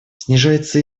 снижается